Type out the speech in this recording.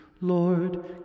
Lord